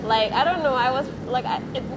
like I don't know I was like at i~ it